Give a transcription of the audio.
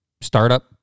startup